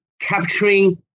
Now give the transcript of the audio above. capturing